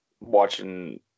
watching